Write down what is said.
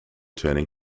turning